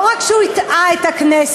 לא רק שהוא הטעה את הכנסת,